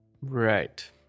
Right